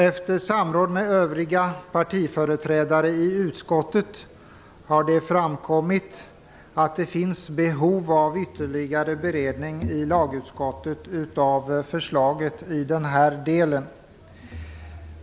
Efter samråd med övriga partiföreträdare i utskottet har det framkommit att det finns behov av ytterligare beredning i lagutskottet av förslaget i den här delen.